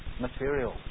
material